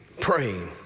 Praying